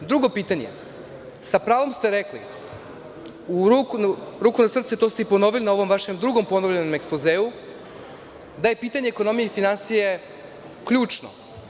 Drugo pitanje, sa pravom ste rekli, ruku na srce to ste i ponovili na ovom drugom vašem ponovljenom ekspozeu, da je pitanje ekonomije i finansija ključno.